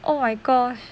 oh my gosh